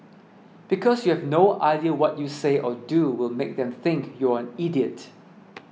because you have no idea what you say or do will make them think you're an idiot